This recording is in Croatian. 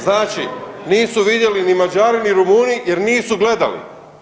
Znači nisu vidjeli ni Mađari, ni Rumunji jer nisu gledali.